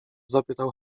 zapytał